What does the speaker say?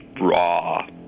raw